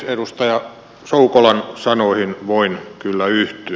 edustaja soukolan sanoihin voin kyllä yhtyä